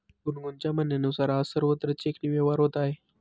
गुनगुनच्या म्हणण्यानुसार, आज सर्वत्र चेकने व्यवहार होत आहे